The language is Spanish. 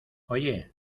oye